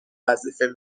وظیفه